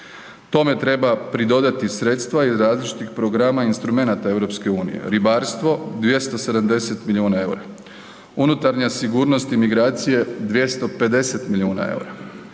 Tome treba pridodati sredstava iz različitih programa instrumenata EU, ribarstvo 270 milijuna EUR-a, unutarnja sigurnost i migracije 250 milijuna EUR-a,